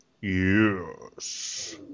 Yes